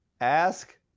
ask